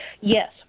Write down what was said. Yes